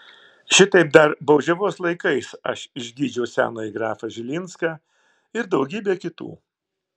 šitaip dar baudžiavos laikais aš išgydžiau senąjį grafą žilinską ir daugybę kitų